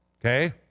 okay